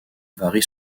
varie